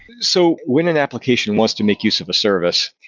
so when an application wants to make use of a service,